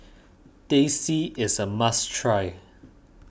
Teh C is a must try